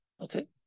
Okay